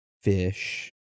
fish